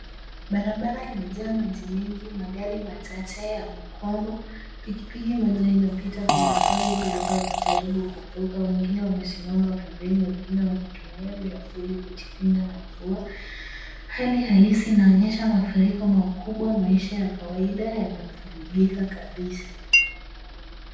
Barabara imejaa maji mengi, magari machache yamekwama, pikipiki moja inapita polepole dereva akijaribu kuvuka. Wengine wamesimama pembeni wengine wakitumia miavuli kujikinga na mvua. Hali halisi inaonyesha mafuriko makubwa. Maisha ya kawaida yamevurugika kabisa.